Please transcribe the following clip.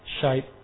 shape